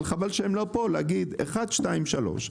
חבל שהם לא פה להגיד את הדברים שלהם.